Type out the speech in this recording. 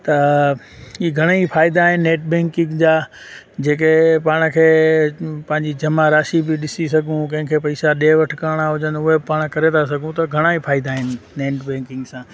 त हीउ घणेई फ़ाइदा आहिनि नेट बेंकिंग जा जेके पाण खे पंहिंजी जमा राशि बि ॾिसी सघूं कंहिं खे पइसा ॾे वठु करिणा हुजनि उहे बि पाण करे था सघूं त घणा ई फ़ाइदा आहिनि नेट बेंकिंग सां